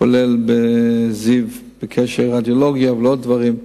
כולל ב"זיו" בקשר לרדיולוגיה ולעוד דברים,